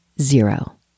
zero